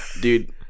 Dude